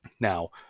Now